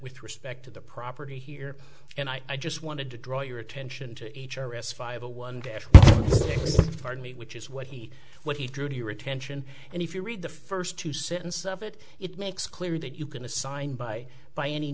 with respect to the property here and i just wanted to draw your attention to each other s five a one cash pardon me which is what he when he drew to your attention and if you read the first two sentences of it it makes clear that you can assign by by any